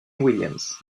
williams